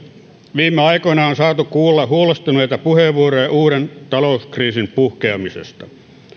viime aikoina on saatu kuulla huolestuneita puheenvuoroja uuden talouskriisin puhkeamisesta